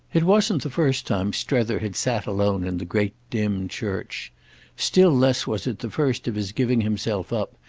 it wasn't the first time strether had sat alone in the great dim church still less was it the first of his giving himself up,